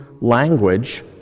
language